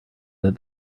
that